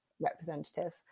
representative